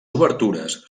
obertures